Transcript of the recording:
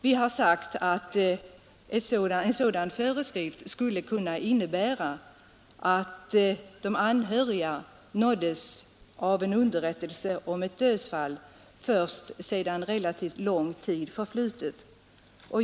Vi anser att en sådan föreskrift skulle kunna innebära att de anhöriga nåddes av underrättelse om ett dödsfall först sedan relativt lång tid förflutit.